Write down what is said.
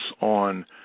on